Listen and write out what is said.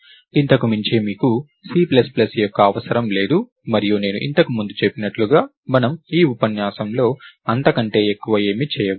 ఇంతకు మించి మీకు సి ప్లస్ ప్లస్ ఎక్కువ అవసరం లేదు మరియు నేను ఇంతకు ముందు చెప్పినట్లుగా మనము ఈ ఉపన్యాసంలో అంతకంటే ఎక్కువ ఏమీ చేయబోము